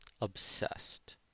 obsessed